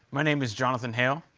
my name is jonathan hail.